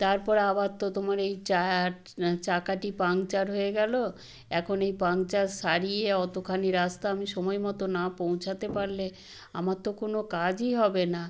তারপর আবার তো তোমার এই টায়ার চাকাটি পাংচার হয়ে গেলো এখন এই পাংচার সারিয়ে অতোখানি রাস্তা আমি সময়মতো না পৌঁছাতে পারলে আমার তো কোনও কাজই হবে না